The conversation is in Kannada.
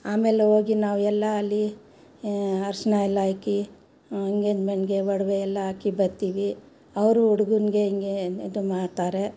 ಆಮೇಲೆ ಹೋಗಿ ನಾವು ಎಲ್ಲ ಅಲ್ಲಿ ಅರಿಷ್ಣ ಎಲ್ಲ ಇಟ್ಟು ಎಂಗೇಜ್ಮೆಂಟ್ಗೆ ಒಡ್ವೆ ಎಲ್ಲ ಹಾಕಿ ಬರ್ತ್ತೀವಿ ಅವರು ಹುಡುಗನ್ಗೆ ಹಿಂಗೆ ಇದು ಮಾಡ್ತಾರೆ